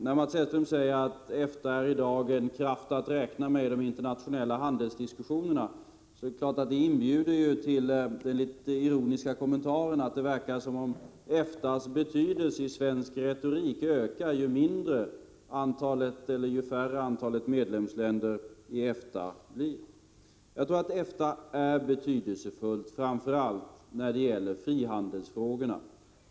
När Mats Hellström säger att EFTA i dag är en kraft att räkna med i de internationella handelsdiskussionerna, så inbjuder det till den litet ironiska kommentaren att det verkar som om EFTA:s betydelse i svensk retorik ökar ju mindre antalet medlemsländer i EFTA blir. Jag tror att EFTA är betydelsefullt framför allt när det gäller frihandelsfrågorna.